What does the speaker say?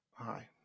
Hi